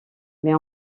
mais